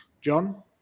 John